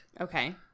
Okay